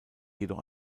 jedoch